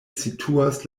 situas